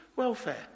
Welfare